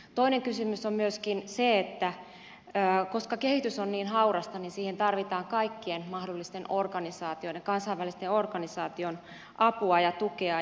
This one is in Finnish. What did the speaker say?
toinen kysymys on se että koska kehitys on niin haurasta siihen tarvitaan kaikkien mahdollisten kansainvälisten organisaatioiden apua ja tukea